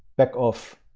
back off,